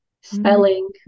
spelling